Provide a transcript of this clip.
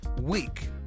Week